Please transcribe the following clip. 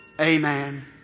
Amen